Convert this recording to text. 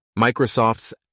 Microsoft's